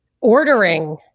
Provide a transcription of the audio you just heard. ordering